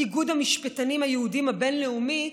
איגוד המשפטנים היהודים הבין-לאומי,